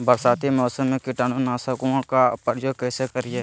बरसाती मौसम में कीटाणु नाशक ओं का प्रयोग कैसे करिये?